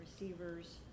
receivers